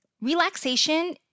relaxation